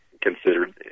considered